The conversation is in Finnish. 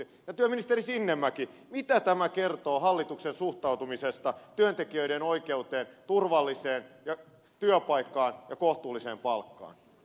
ja työministeri sinnemäki mitä tämä kertoo hallituksen suhtautumisesta työntekijöiden oikeuteen turvalliseen työpaikkaan ja kohtuulliseen palkkaan